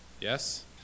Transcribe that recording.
yes